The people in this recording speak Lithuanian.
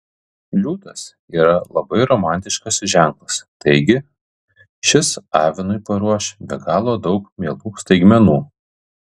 liūtas yra labai romantiškas ženklas taigi šis avinui paruoš be galo daug mielų staigmenų